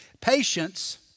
Patience